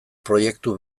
proiektu